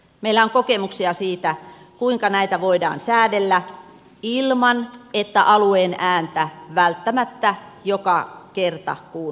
meillä on kokemuksia siitä kuinka näitä voidaan säädellä ilman että alueen ääntä välttämättä joka kerta kuunnellaan